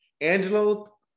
angelo